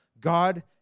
God